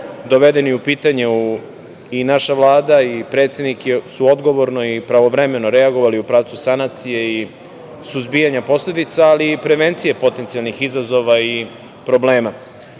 dovedeni u pitanje i naša Vlada i predsednik su odgovorno i pravovremeno reagovali u pravcu sanacije i suzbijanja posledica, ali i prevencija potencijalnih izazova i problema. Uprkos